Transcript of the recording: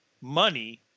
money